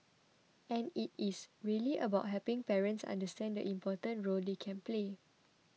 and it is really about helping parents understand the important role they can play